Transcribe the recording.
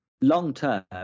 long-term